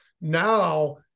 Now